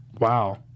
Wow